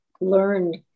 learned